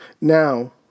Now